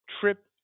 trip